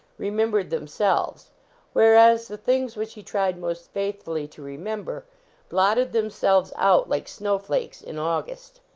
remembered themselves whereas the things which he tried most faith fully to remember blotted themselves out like snowflakes in august.